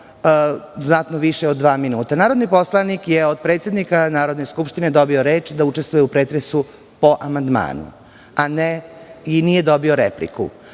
znatno više od dva minuta. Narodni poslanik je od predsednika Narodne skupštine dobio reč da učestvuje u pretresu po amandmanu i nije dobio repliku. Ako